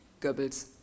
Goebbels